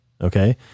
okay